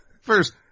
First